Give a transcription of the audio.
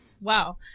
wow